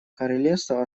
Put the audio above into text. королевства